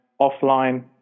offline